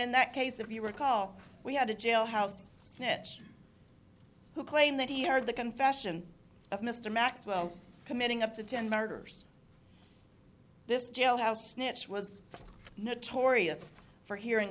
in that case if you recall we had a jailhouse snitch who claimed that he heard the confession of mr maxwell committing up to ten murders this jailhouse snitch was notorious for he